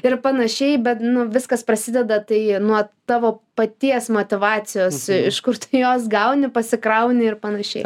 ir panašiai bet viskas prasideda tai nuo tavo paties motyvacijos iš kur tu jos gauni pasikrauni ir panašiai